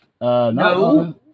No